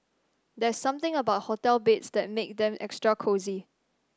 there's something about hotel beds that make them extra cosy